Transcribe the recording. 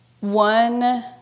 One